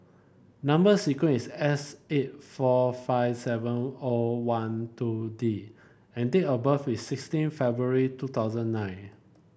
number sequence is S eight four five seven O one two D and date of birth is sixteen February two thousand nine